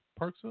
Parksville